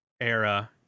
era